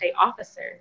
officer